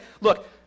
look